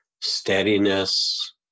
steadiness